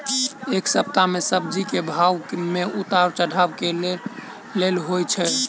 एक सप्ताह मे सब्जी केँ भाव मे उतार चढ़ाब केल होइ छै?